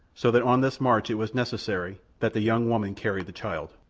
so that on this march it was necessary that the young woman carry the child.